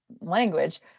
language